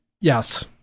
Yes